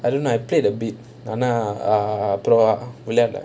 I don't know I played a bit ஆனா அப்புறம் விளையாட்டுல:aanaa appuram vilaiyaadala